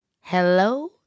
Hello